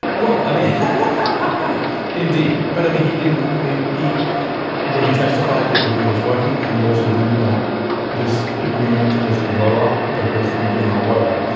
well i mean i mean indeed but i mean he didn't i mean he what he testified that the deal was working and he also didn't want this agreement to just blow up because we'd given our word.